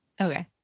okay